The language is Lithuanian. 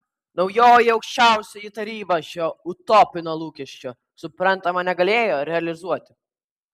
naujoji aukščiausioji taryba šio utopinio lūkesčio suprantama negalėjo realizuoti